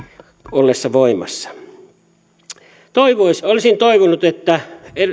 ollessa voimassa olisin toivonut että